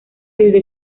desde